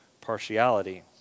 partiality